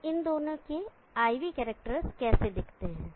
तो इन दोनों के IV कैरेक्टर्स कैसे दिखते हैं